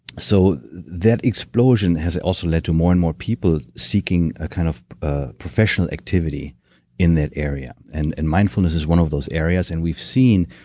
so that explosion has also led to more and more people seeking kind of ah professional activity in that area. and and mindfulness is one of those areas, and we've seen,